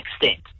extent